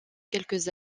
quelques